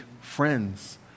friends